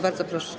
Bardzo proszę.